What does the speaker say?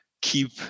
keep